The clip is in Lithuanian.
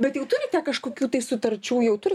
bet jau turite kažkokių tai sutarčių jau turi